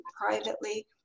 privately